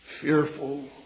fearful